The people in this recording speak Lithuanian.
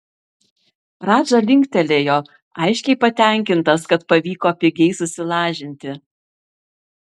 radža linktelėjo aiškiai patenkintas kad pavyko pigiai susilažinti